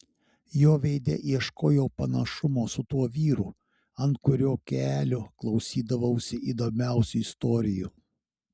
jo veide ieškojau panašumo su tuo vyru ant kurio kelių klausydavausi įdomiausių istorijų